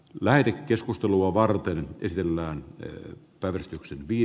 lääke keskustelua varten pysymään päivystyksen vii